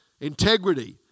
integrity